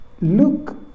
look